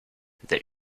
that